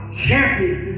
champion